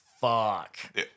fuck